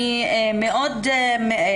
יהיה מוכן.